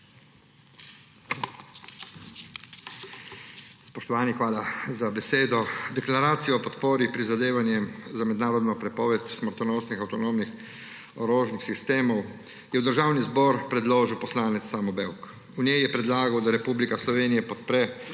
Spoštovani! Deklaracijo o podpori prizadevanjem za mednarodno prepoved smrtonosnih avtonomnih orožnih sistemov je v Državni zbor predložil poslanec Samo Bevk. V njej je predlagal, da Republika Slovenija podpre